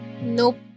Nope